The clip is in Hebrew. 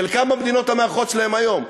חלקם במדינות המארחות שלהם היום.